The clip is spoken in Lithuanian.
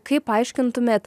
kaip paaiškintumėt